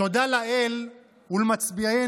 תודה לאל ולמצביענו,